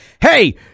Hey